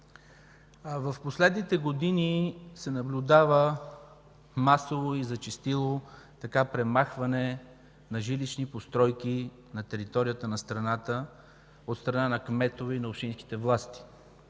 в последните години се наблюдава масово и зачестило премахване на жилищни постройки на територията на страната от страна на кметове и на общински власти.